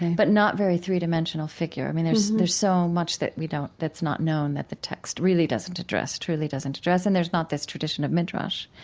but not very three-dimensional, figure. i mean, there's there's so much that we don't that's not known that the text really doesn't address truly doesn't address and there's not this tradition of midrash.